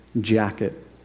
jacket